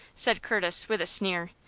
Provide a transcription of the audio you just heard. said curtis, with a sneer.